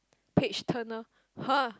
page turner !huh!